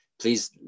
please